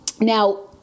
Now